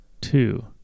Two